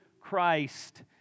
Christ